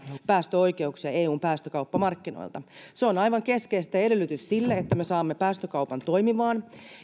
päästöoikeuksia eun päästökauppamarkkinoilta se on aivan keskeistä ja edellytys sille että me saamme päästökaupan toimimaan